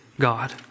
God